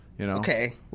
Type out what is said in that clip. Okay